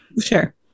Sure